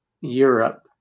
Europe